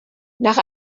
nach